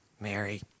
Mary